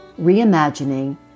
reimagining